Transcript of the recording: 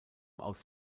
aus